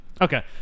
Okay